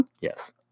Yes